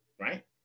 right